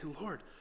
Lord